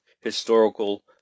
historical